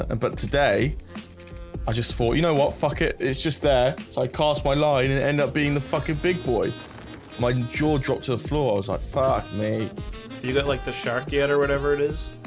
and but today i just thought you know what? fuck it. it's just there so i cast my line and ended up being the fucking big boy my jaw drops of flaws i fuck me you don't like the shark yet or whatever it is